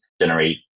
generate